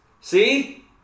See